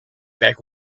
back